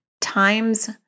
times